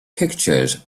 pictures